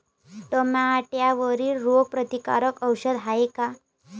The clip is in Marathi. टमाट्यावरील रोग प्रतीकारक औषध हाये का?